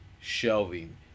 shelving